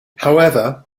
however